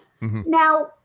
Now